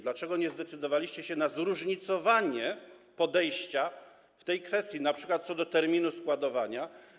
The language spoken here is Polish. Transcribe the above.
Dlaczego nie zdecydowaliście się na zróżnicowanie podejścia w tej kwestii, np. co do terminu składowania?